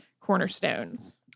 cornerstones